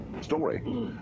Story